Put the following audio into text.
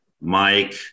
Mike